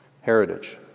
heritage